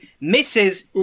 misses